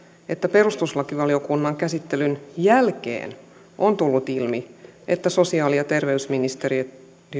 että perustuslakivaliokunnan käsittelyn jälkeen on tullut ilmi että sosiaali ja terveysministeriö